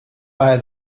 buy